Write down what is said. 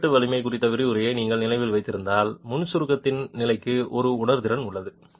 கூட்டு வெட்டு வலிமை குறித்த விரிவுரையை நீங்கள் நினைவில் வைத்திருந்தால் முன் சுருக்கத்தின் நிலைக்கு ஒரு உணர்திறன் உள்ளது